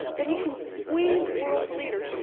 that he can squeeze world leaders.